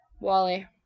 Wally